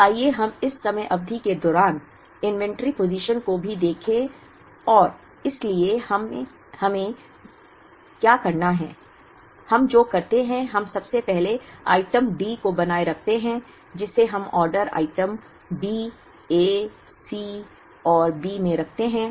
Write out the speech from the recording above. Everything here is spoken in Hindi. अब आइए हम इस समयावधि के दौरान इन्वेंट्री पोजिशन को भी देखें और देखें इसलिए हम जो करते हैं हम सबसे पहले आइटम डी को बनाए रखते हैं जिसे हम order item D A C और B में रखते हैं